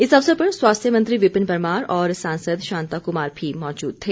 इस अवसर पर स्वास्थ्य मंत्री विपिन परमार और सांसद शांता कमार भी मौजूद थे